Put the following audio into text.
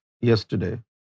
yesterday